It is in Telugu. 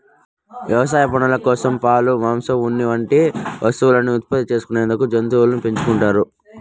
వ్యవసాయ పనుల కోసం, పాలు, మాంసం, ఉన్ని వంటి వస్తువులను ఉత్పత్తి చేసుకునేందుకు జంతువులను పెంచుకుంటారు